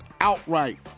outright